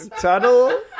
tunnel